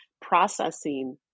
processing